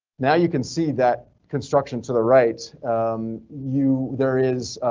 now you can see that construction to the right you there is.